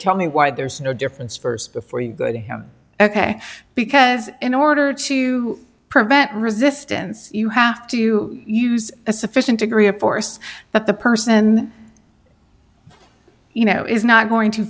tell me why there's no difference st before you go to him ok because in order to prevent resistance you have to use a sufficient degree of force that the person you know it's not going to